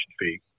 fee